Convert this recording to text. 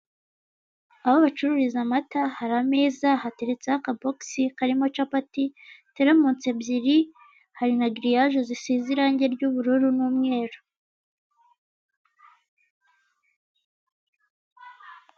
Aho bacururiza amata hari ameza, hateretseho akabogisi karimo capati, teremusi ebyiri, hari na giriyaje zisize irangi ry'ubururu n'umweru.